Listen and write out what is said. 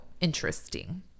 interesting